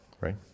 right